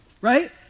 Right